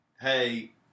hey